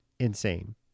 Insane